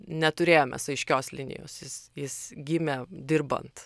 neturėjom mes aiškios linijos jis jis gimė dirbant